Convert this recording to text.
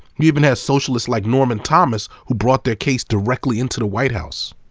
you even had socialists like norman thomas who brought their case directly into the white house.